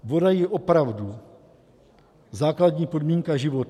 Voda je opravdu základní podmínka života.